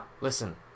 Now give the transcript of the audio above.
Listen